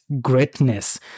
greatness